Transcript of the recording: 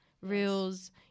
reels